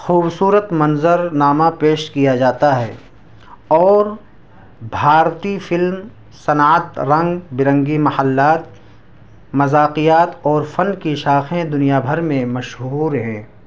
خوبصورت منظر نامہ پیش کیا جاتا ہے اور بھارتیہ فلم صنعت رنگ برنگی محلات مذاقیات اور فن کی شاخیں دنیا بھر میں مشہور ہے